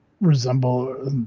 resemble